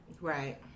Right